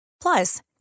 Plus